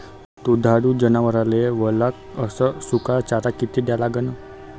दुधाळू जनावराइले वला अस सुका चारा किती द्या लागन?